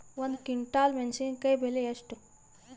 ಒಂದು ಕ್ವಿಂಟಾಲ್ ಮೆಣಸಿನಕಾಯಿ ಬೆಲೆ ಎಷ್ಟು?